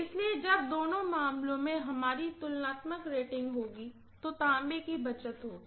इसलिए जब दोनों मामलों में हमारी तुलनात्मक रेटिंग होगी तो तांबे की बचत कितनी होगी